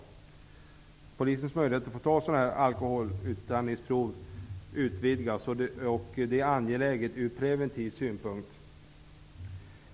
Polisens möjligheter att ta alkoholutandningsprov utvidgas därmed, och det är angeläget från preventiv synpunkt.